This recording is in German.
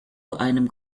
einem